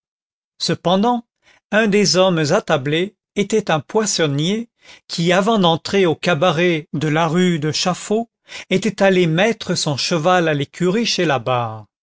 cependant un des hommes attablés était un poissonnier qui avant d'entrer au cabaret de la rue de chaffaut était allé mettre son cheval à l'écurie chez labarre